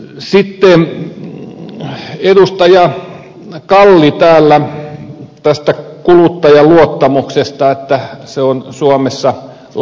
sitten edustaja kalli totesi täällä tästä kuluttajien luottamuksesta että se on suomessa laskemassa